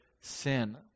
sin